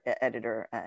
editor